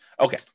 Okay